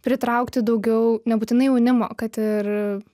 pritraukti daugiau nebūtinai jaunimo kad ir